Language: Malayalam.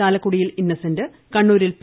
ചാലക്കുടിയിൽ ഇന്നസെന്റ് കണ്ണൂരിൽ പി